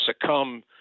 succumb